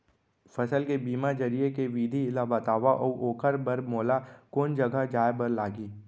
फसल के बीमा जरिए के विधि ला बतावव अऊ ओखर बर मोला कोन जगह जाए बर लागही?